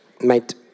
mate